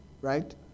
right